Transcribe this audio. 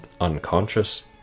unconscious